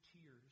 tears